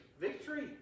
victory